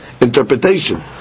interpretation